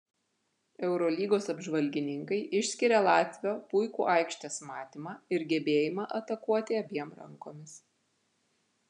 eurolygos apžvalgininkai išskiria latvio puikų aikštės matymą ir gebėjimą atakuoti abiem rankomis